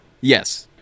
Yes